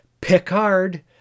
Picard